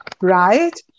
right